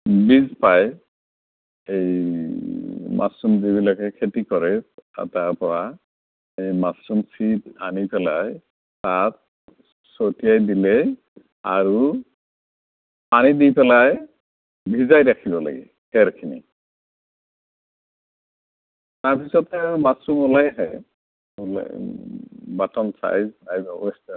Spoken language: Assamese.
বীজ পাই এই মাছৰুম যিবিলাকে খেতি কৰে তাৰ পৰা এই মাছৰুম ছিদ আনি পেলাই তাত চ চটিয়াই দিলে আৰু পানী দি পেলাই ভিজাই ৰাখিব লাগে খেৰখিনিত তাৰ পিছতে আৰু মাছৰুম ওলায়েই আহে button size size of western